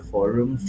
Forum